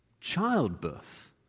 childbirth